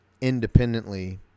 independently